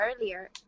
earlier